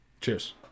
Cheers